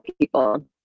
people